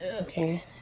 Okay